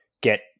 get